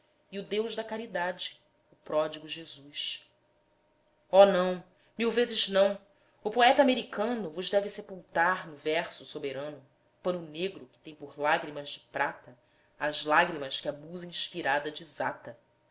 e o deus da caridade o pródigo jesus oh não mil vezes não o poeta americano vos deve sepultar no verso soberano pano negro que tem por lágrimas de prata as lágrimas que a musa inspirada desata